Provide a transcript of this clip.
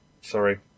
sorry